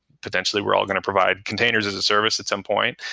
potentially, we're all going to provide containers as a service at some point,